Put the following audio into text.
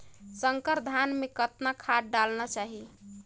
संकर धान मे कतना खाद डालना चाही?